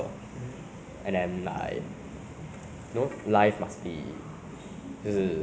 I know in the future is like mostly everything is possible lah but it's just ah the matter of times lah